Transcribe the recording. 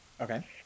Okay